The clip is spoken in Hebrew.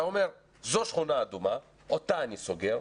אתה אומר, זו שכונה אדומה, אותה אני סוגר,